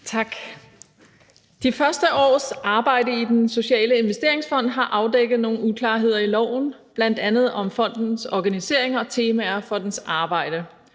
Tak. De første års arbejde i Den Sociale Investeringsfond har afdækket nogle uklarheder i loven, bl.a. om fondens organisering og temaer for dens arbejde